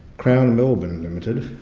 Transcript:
crown melbourne limited,